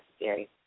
necessary